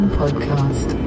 podcast